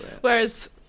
Whereas